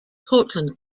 cortland